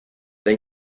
they